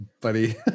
Buddy